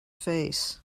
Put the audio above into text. face